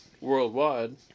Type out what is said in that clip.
worldwide